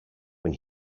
when